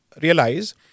realize